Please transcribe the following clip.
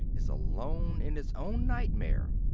is alone in his own nightmare,